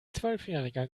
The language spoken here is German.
zwölfjähriger